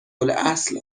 الاصل